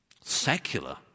secular